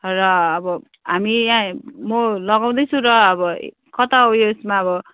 र अब हामी यहाँ म लगाउँदै छु र अब कता ऊ यसमा अब